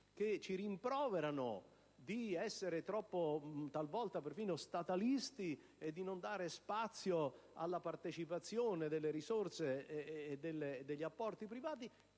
e ci rimproverate di essere talvolta persino statalisti, di non dare spazio alla partecipazione delle risorse e degli apporti privati,